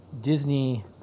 Disney